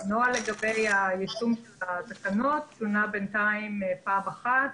--- הנוהל לגבי היישום של התקנות שונה בינתיים פעם אחת.